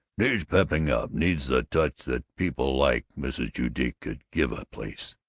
needs pepping up needs the touch that people like mrs. judique could give a place,